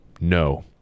no